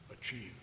achieve